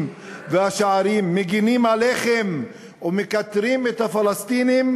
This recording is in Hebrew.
והשערים מגינים עליכם ומכתרים את הפלסטינים?